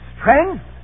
strength